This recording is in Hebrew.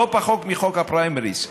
לא פחות מחוק הפריימריז,